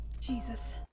Jesus